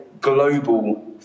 global